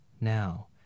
Now